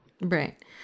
Right